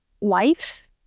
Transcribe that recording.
life